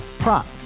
Prop